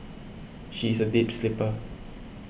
she is a deep sleeper